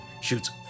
shoots